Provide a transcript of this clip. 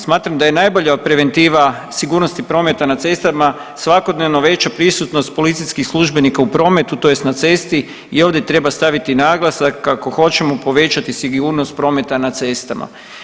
Smatram da je najbolja preventiva sigurnosti prometa na cestama svakodnevno veća prisutnost policijskih službenika u prometu, tj. na cesti i ovdje treba staviti naglasak ako hoćemo povećati sigurnost prometa na cestama.